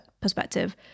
perspective